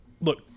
Look